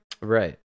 Right